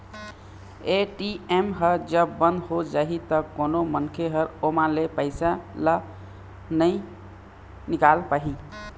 ATM ह जब बंद हो जाही त कोनो मनखे ह ओमा ले पइसा ल नइ निकाल पाही